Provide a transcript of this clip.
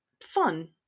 fun